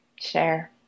share